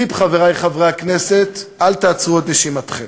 טיפ, חברי חברי הכנסת: אל תעצרו את נשימתכם.